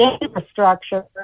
infrastructure